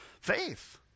faith